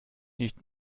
nicht